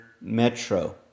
metro